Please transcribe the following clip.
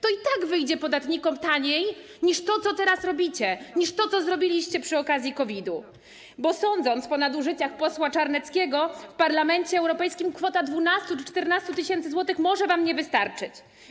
To i tak wyjdzie podatnikom taniej niż to, co teraz robicie, niż to, co zrobiliście przy okazji COVID-u, bo sądząc po nadużyciach posła Czarneckiego w Parlamencie Europejskim, kwota 12 czy 14 tys. zł może wam nie wystarczyć.